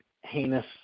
heinous